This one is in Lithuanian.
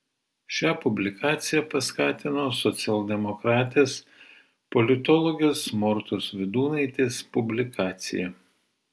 šią publikaciją paskatino socialdemokratės politologės mortos vydūnaitės publikacija